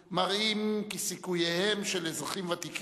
וכל העם היושב בציון מתפלל להצלחתך בנושא הזה וגם